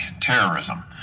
terrorism